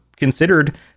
considered